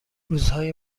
روزهای